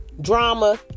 drama